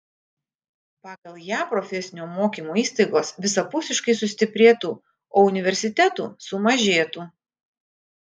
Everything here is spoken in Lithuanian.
pagal ją profesinio mokymo įstaigos visapusiškai sustiprėtų o universitetų sumažėtų